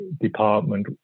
department